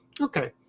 Okay